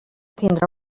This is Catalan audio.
tindrà